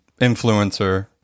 influencer